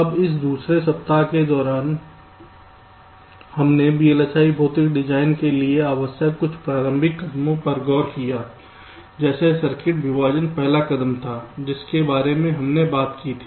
अब इस दूसरे सप्ताह के दौरान हमने VLSI भौतिक डिजाइन के लिए आवश्यक कुछ प्रारंभिक कदमों पर गौर किया जैसे सर्किट विभाजन पहला कदम था जिसके बारे में हमने बात की थी